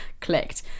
clicked